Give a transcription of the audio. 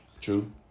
True